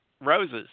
roses